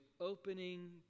opening